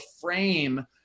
frame